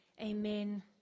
Amen